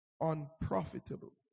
unprofitable